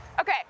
Okay